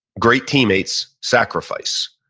great teammates sacrifice.